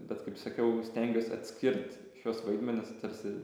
bet kaip sakiau stengiuos atskirti šiuos vaidmenis tarsi